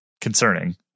concerning